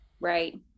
Right